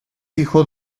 hijo